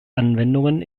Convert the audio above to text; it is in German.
anwendungen